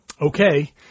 okay